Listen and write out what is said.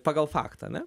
pagal faktą ne